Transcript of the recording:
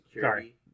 sorry